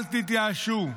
אל תתייאשו.